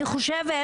אני חושבת